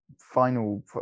Final